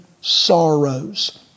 sorrows